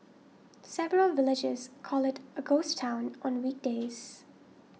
several villagers call it a ghost town on weekdays